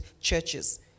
churches